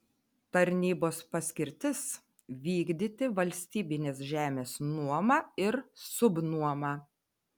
tarnybos paskirtis vykdyti valstybinės žemės nuomą ir subnuomą